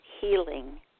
healing